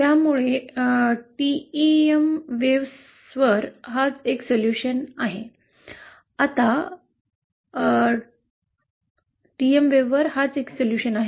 त्यामुळे टीएम लाटेवर हाच सोल्युशन आहे